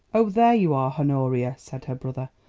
oh, there you are, honoria, said her brother,